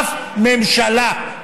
אף ממשלה.